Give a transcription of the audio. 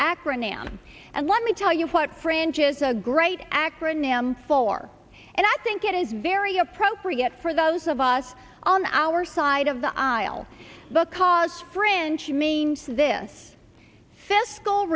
acronym and let me tell you what french is a great acronym for and i think it is very appropriate for those of us on our side of the aisle because french means this